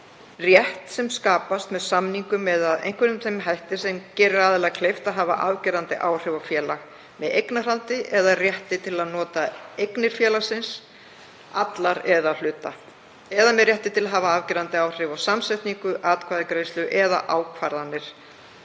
rétt sem skapast með samningum eða einhverjum þeim hætti sem gerir aðila kleift að hafa afgerandi áhrif á félag, með eignarhaldi eða rétti til að nota eignir félags, allar eða að hluta, eða með rétti til að hafa afgerandi áhrif á samsetningu, atkvæðagreiðslu eða ákvarðanir